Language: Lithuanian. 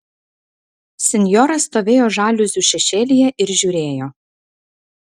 sinjora stovėjo žaliuzių šešėlyje ir žiūrėjo